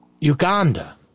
Uganda